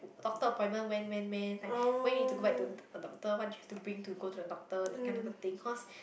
doctor appointment when when when like when you need to go back to the doctor what do you have to bring to go to the doctor that kind of thing cause